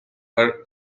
her